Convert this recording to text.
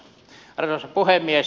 arvoisa puhemies